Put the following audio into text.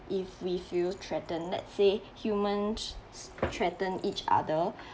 if we feel threatened let's say humans threatened each other